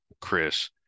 Chris